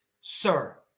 sir